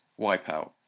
Wipeout